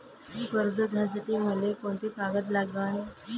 कर्ज घ्यासाठी मले कोंते कागद लागन?